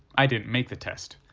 i didn't make the test.